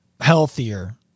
healthier